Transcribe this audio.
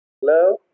Hello